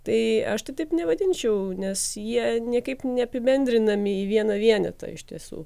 tai aš tai taip nevadinčiau nes jie niekaip neapibendrinami į vieną vienetą iš tiesų